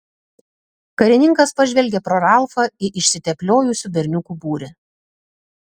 karininkas pažvelgė pro ralfą į išsitepliojusių berniukų būrį